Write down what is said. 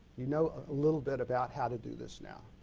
you know a little bit about how to do this now.